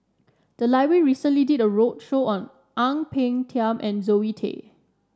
the library recently did a roadshow on Ang Peng Tiam and Zoe Tay